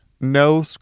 No